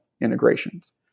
integrations